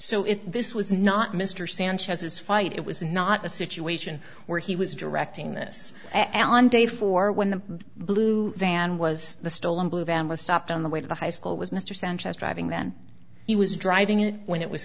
so if this was not mr sanchez's fight it was not a situation where he was directing this at on day four when the blue van was stolen blue van was stopped on the way to the high school was mr sanchez having then he was driving it when it was